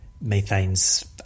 methane's